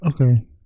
Okay